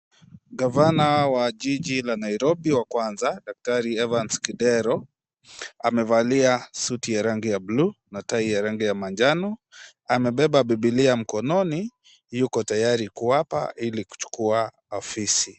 Gavana wa jiji la Nairobi wa kwanza daktari Evans Kidero amevalia suti ya rangi ya blue na tai ya rangi ya manjano. Amebeba Biblia mkononi. Yuko tayari kuapa ili kuchukua afisi.